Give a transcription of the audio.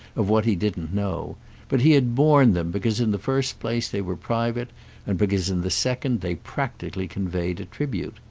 of what he didn't know but he had borne them because in the first place they were private and because in the second they practically conveyed a tribute.